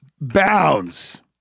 bounds